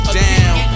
down